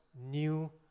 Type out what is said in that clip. new